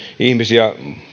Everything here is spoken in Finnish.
ihmisiä